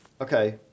Okay